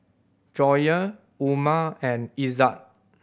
Joyah Umar and Izzat